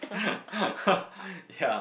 yeah